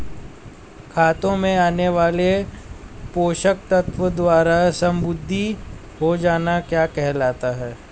खेतों में आने वाले पोषक तत्वों द्वारा समृद्धि हो जाना क्या कहलाता है?